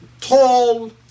tall